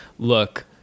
Look